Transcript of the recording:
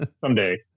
Someday